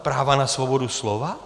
Práva na svobodu slova?